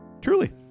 truly